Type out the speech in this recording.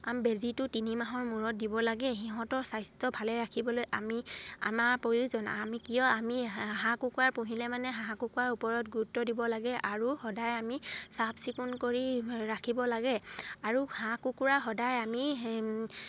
বেজীটো তিনি মাহৰ মূৰত দিব লাগে সিহঁতৰ স্বাস্থ্য ভালে ৰাখিবলৈ আমি আমাৰ প্ৰয়োজন আমি কিয় আমি হাঁহ কুকুৰা পুহিলে মানে হাঁহ কুকুৰাৰ ওপৰত গুৰুত্ব দিব লাগে আৰু সদায় আমি চাফ চিকুণ কৰি ৰাখিব লাগে আৰু হাঁহ কুকুৰা সদায় আমি